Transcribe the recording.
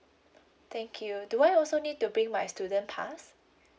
thank you do I also need to bring my student pass